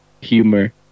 humor